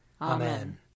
Amen